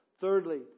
Thirdly